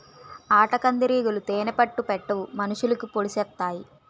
ఆటకందిరీగలు తేనే పట్టు పెట్టవు మనుషులకి పొడిసెత్తాయి